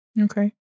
Okay